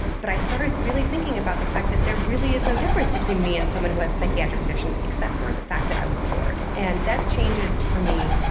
but i started really thinking about the fact that there really is no difference between me and someone who has a psychiatric condition except for the fact that i was cured. and that changes for me,